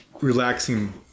relaxing